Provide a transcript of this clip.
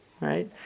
right